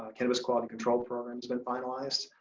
cannabis quality control program's been finalized.